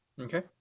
Okay